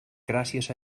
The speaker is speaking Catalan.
gràcies